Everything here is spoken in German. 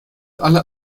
alle